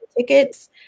tickets